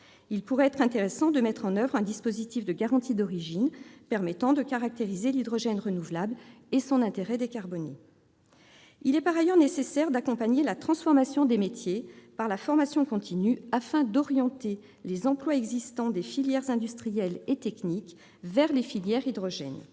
il pourrait être judicieux de mettre en oeuvre un dispositif de garantie d'origine permettant de caractériser l'hydrogène renouvelable et son intérêt décarboné. Au surplus, il est nécessaire d'accompagner la transformation des métiers par la formation continue, afin d'orienter les emplois existants des filières industrielles et techniques vers la filière hydrogène.